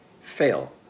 fail